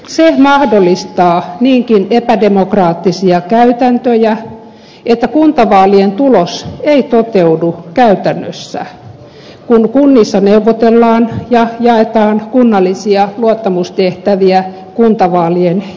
se mahdollistaa niinkin epädemokraattisia käytäntöjä että kuntavaalien tulos ei toteudu käytännössä kun kunnissa neuvotellaan ja jaetaan kunnallisia luottamustehtäviä kuntavaalien jälkeen